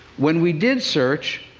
when we did search,